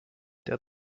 der